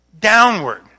downward